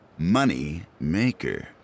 Moneymaker